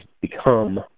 become